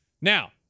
Now